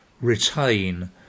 retain